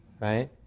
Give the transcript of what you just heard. right